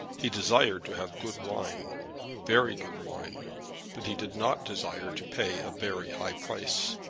he desired to have good wine very good wine but he did not desire to pay a very high price.